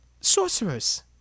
Sorcerers